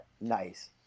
nice